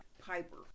Piper